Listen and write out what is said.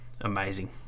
amazing